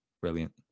Brilliant